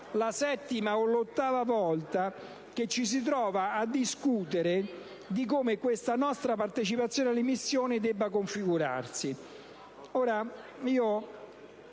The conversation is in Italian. la settima o l'ottava volta che ci si trova a discutere di come questa nostra partecipazione alle missioni debba configurarsi.